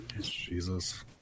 Jesus